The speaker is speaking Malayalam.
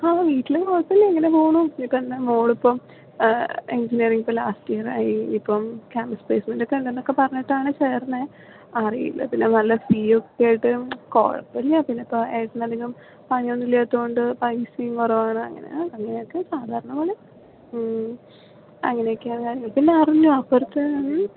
ആ വീട്ടിലും കുഴപ്പമില്ല അങ്ങനെ പോകണു ഇപ്പോഴെന്താ മകളിപ്പം എഞ്ചിനിയറിംഗ് ഇപ്പോൾ ലാസ്റ്റ് ഇയറായി ഇപ്പം ക്യാംപസ് പ്ലേസ്മെന്റൊക്കെ ഉണ്ടെന്നൊക്കെ പറഞ്ഞിട്ടാണ് ചേർന്നത് അറിയില്ല പിന്നെ നല്ല ഫീ ഒക്കെ ആയിട്ടും കുഴപ്പമില്ല പിന്നെ ഇപ്പോൾ ഏട്ടൻ അധികം പണിയൊന്നുമില്ലാത്തതുകൊണ്ട് പൈസയും കുറവാണ് അങ്ങനെ ആ അങ്ങനെയൊക്കെ സാധാരണ പോലെ അങ്ങനെയൊക്കെയാണ് കാര്യങ്ങൾ പിന്നെ അറിഞ്ഞോ ഒരു കാര്യം